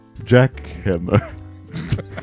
Jackhammer